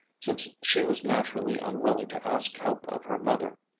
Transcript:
since she was naturally unwilling to ask help of her mother.